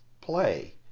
play